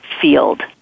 field